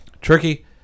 Tricky